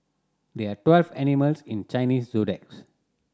there are twelve animals in Chinese zodiacs